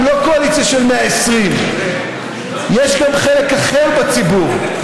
לא קואליציה של 120. יש גם חלק אחר בציבור.